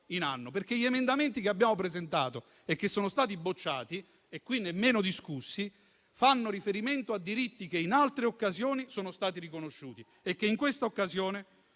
in anno. Gli emendamenti che infatti abbiamo presentato e che sono stati bocciati e qui nemmeno discussi, fanno riferimento a diritti che in altre occasioni sono stati riconosciuti e che in questa occasione